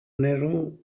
nerhu